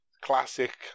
classic